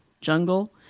jungle